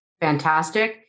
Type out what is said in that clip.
fantastic